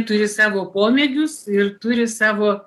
turi savo pomėgius ir turi savo